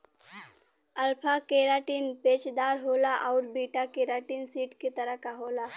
alpha keratin पेचदार होला आउर बीटा केराटिन सीट के तरह क होला